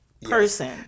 person